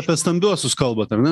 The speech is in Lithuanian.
apie stambiuosius kalbat ar ne